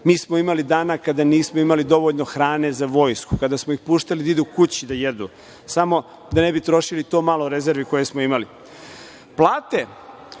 smo imali dana kada nismo imali dovoljno hrane za vojsku, kada smo ih puštali da idu kući da jedu samo da ne bi trošili to malo rezervi koje smo imali. Plate,